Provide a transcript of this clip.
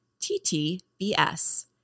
TTBS